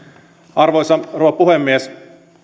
arvoisa rouva puhemies